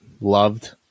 loved